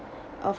of